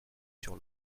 sur